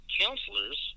counselors